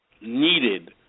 needed